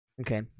Okay